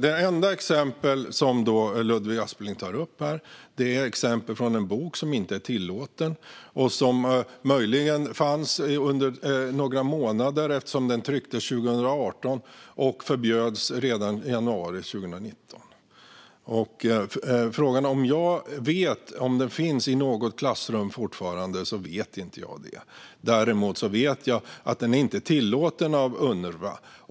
Det enda exempel som Ludvig Aspling tar upp är ett exempel från en bok som inte är tillåten och som möjligen fanns under några månader. Den trycktes 2018 och förbjöds redan i januari 2019. Jag vet inte om den fortfarande finns i något klassrum. Däremot vet jag att den inte är tillåten av Unrwa.